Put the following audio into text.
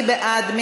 מי בעד?